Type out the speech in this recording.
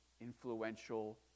influential